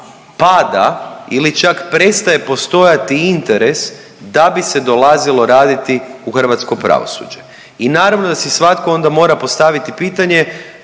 pada ili čak prestaje postojati interes da bi se dolazilo raditi u hrvatsko pravosuđe. I naravno da si svatko onda mora postaviti pitanje